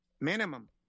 Minimum